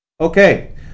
Okay